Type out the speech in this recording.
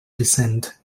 descent